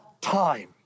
time